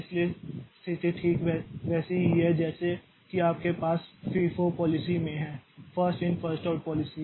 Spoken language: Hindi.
इसलिए स्थिति ठीक वैसी ही है जैसी कि आपके पास FIFO पॉलिसी में है first in first out policy